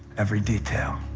every detail,